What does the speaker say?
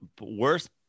worst